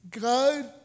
God